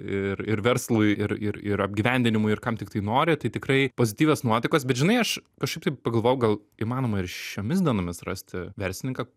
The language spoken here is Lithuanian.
ir ir verslui ir ir ir apgyvendinimui ir kam tiktai nori tai tikrai pozityvios nuotaikos bet žinai aš kažkaip tai pagalvojau gal įmanoma ir šiomis dienomis rasti verslininką